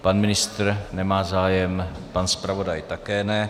Pan ministr nemá zájem, pan zpravodaj také ne.